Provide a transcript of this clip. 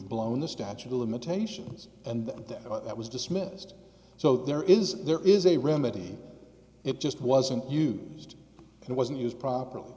blown the statute of limitations and that that was dismissed so there is there is a remedy it just wasn't used it wasn't used properly